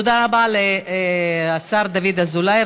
תודה רבה לשר דוד אזולאי.